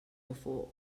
before